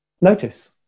notice